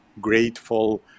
grateful